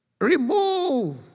Remove